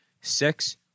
six